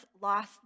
lost